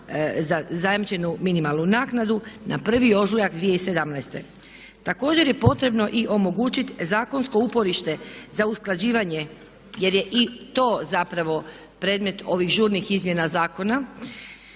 na zajamčenu minimalnu naknadu na 1. ožujak 2017. Također je potrebno i omogućiti zakonsko uporište za usklađivanje jer je i to zapravo predmet ovih žurnih izmjena zakona,